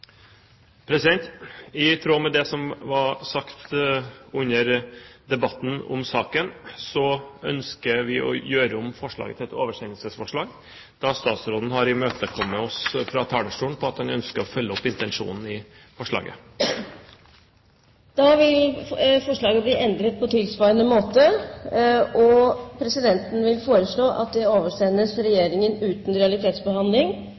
i overensstemmelse med Grunnloven. Representanten Øyvind Håbrekke har bedt om ordet til forslaget. I tråd med det som ble sagt under debatten om saken, ønsker vi å gjøre forslaget om til et oversendelsesforslag, da statsråden har imøtekommet oss fra talerstolen med at han ønsker å følge opp intensjonen i forslaget. Forslaget